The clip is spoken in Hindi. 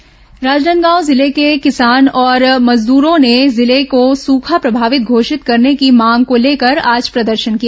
किसान प्रदर्शन राजनांदगांव जिले के किसानों और मजदूरों ने जिले को सूखा प्रभावित घोषित करने की मांग को लेकर आज प्रदर्शन किया